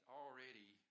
already